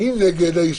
מי נגד?